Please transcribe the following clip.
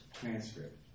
transcript